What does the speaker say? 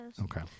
okay